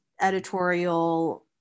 editorial